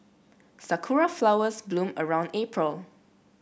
Sakura flowers bloom around April